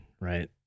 right